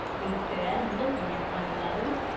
we said, looking at one another.